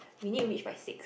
we need to reach by six